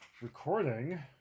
recording